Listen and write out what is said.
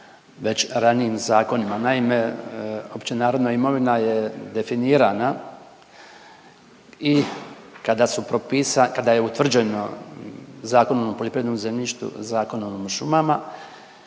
već ranijim zakonima. Naime, opće narodna imovina je definirana i kada su propisa, kada je utvrđeno Zakonom o poljoprivrednom zemljištu, Zakonom o šumama